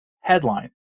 Headline